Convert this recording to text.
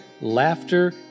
laughter